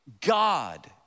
God